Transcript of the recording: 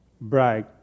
brag